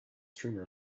streamer